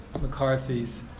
McCarthy's